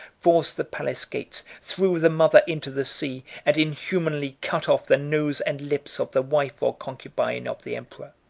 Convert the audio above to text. forced the palace gates, threw the mother into the sea, and inhumanly cut off the nose and lips of the wife or concubine of the emperor.